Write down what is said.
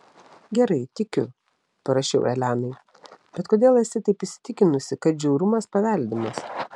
gerai tikiu parašiau elenai bet kodėl esi taip įsitikinusi kad žiaurumas paveldimas